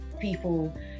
people